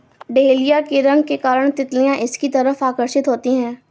dahlia के रंग के कारण तितलियां इसकी तरफ आकर्षित होती हैं